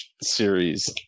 series